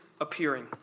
appearing